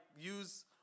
use